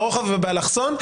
לרוחב ובאלכסון.